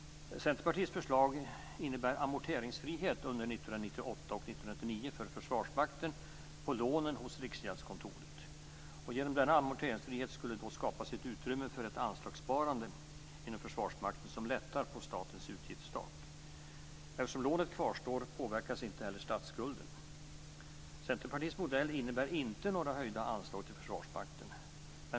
Centerpartiets förslag innebär amorteringsfrihet under 1998 och 1999 för Försvarsmakten på lånen hos Riksgäldskontoret. Genom amorteringsfrihet skulle det skapas utrymme för ett anslagssparande inom Försvarsmakten som lättar på statens utgiftstak. Eftersom lånet kvarstår påverkas inte heller statsskulden. Centerpartiets modell innebär inte några höjda anslag till Försvarsmakten.